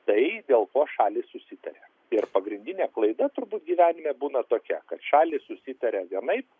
tai dėl ko šalys susitaria ir pagrindinė klaida turbūt gyvenime būna tokia kad šalys susitaria vienaip